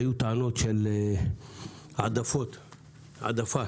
היו טענות של העדפה במכרזים.